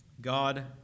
God